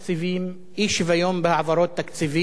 אי-שוויון בהעברות תקציבים.